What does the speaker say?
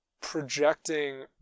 projecting